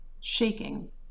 shaking